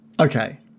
Okay